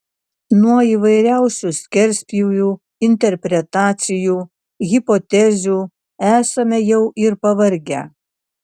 nuo įvairiausių skerspjūvių interpretacijų hipotezių esame jau ir pavargę